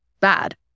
bad